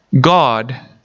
God